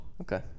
Okay